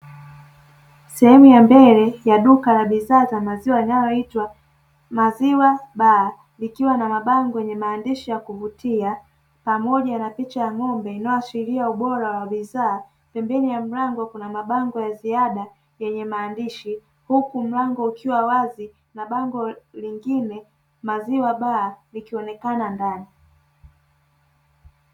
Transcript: Sehemu ya mbele ya duka la bidhaa za maziwa yanayoitwa maziwa baa likiwa na mabango yenye maandishi ya kuvutia pamoja na picha ya ng'ombe inayoashiria ubora wa bidhaa pembeni ya mlango kuna mabango ya ziada yenye maandishi huku mlango ukiwa wazi na bango lingine maziwa baa likionekana ndani.